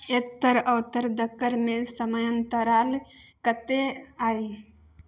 एतर औतर दकर मे समयांतराल कतेक अइ